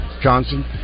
Johnson